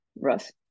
Russ